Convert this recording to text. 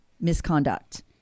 misconduct